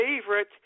favorite